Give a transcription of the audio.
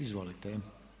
Izvolite.